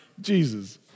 Jesus